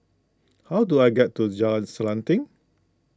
how do I get to Jalan Selanting